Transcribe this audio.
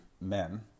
men